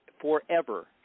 forever